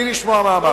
בלי לשמוע מה אמרתי.